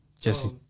Jesse